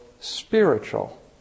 spiritual